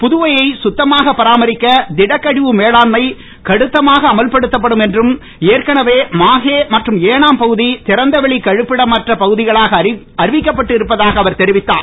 புதுவையை கத்தமாக பராமரிக்க திடக்கழிவு மேலாண்மை கடுத்தமாக அமல்படுத்தப்படும் என்றும் ஏற்கனவே மாஹே மற்றும் ஏனாம் பகுதி திறந்தவெளி கழிப்பிடமற்ற பகுதிகளாக அறிவிக்கப்பட்டு இருப்பதாக அவர் தெரிவித்தார்